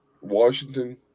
Washington